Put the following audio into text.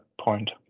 point